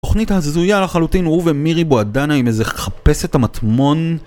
תוכנית הזויה לחלוטין הוא ומירי בוהדנה עם איזה חפש את המטמון